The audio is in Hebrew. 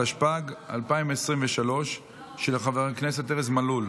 התשפ"ג 2023, עברה בקריאה טרומית,